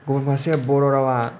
गुबुन फारसे बर' रावआ